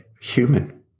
human